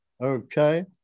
Okay